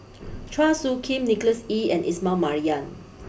Chua Soo Khim Nicholas Ee and Ismail Marjan